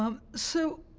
um so